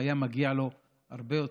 והיה מגיע לו הרבה יותר.